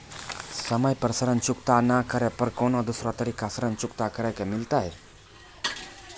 समय पर ऋण चुकता नै करे पर कोनो दूसरा तरीका ऋण चुकता करे के मिलतै?